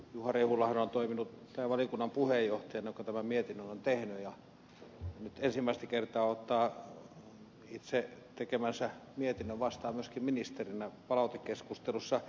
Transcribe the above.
juha rehulahan on toiminut tämän valiokunnan puheenjohtajana joka tämän mietinnön on tehnyt ja nyt ensimmäistä kertaa ottaa itse tekemänsä mietinnön vastaan myöskin ministerinä palautekeskustelussa